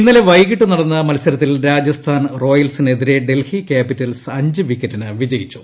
ഇന്നലെ വൈകിട്ട് നടന്ന മത്സരത്തിൽ രാജസ്ഥാൻ റോയൽസിനെതിരെ ഡൽഹി ക്യാപിറ്റൽസ് അഞ്ച് വിക്ക റ്റിന് വിജയിച്ചു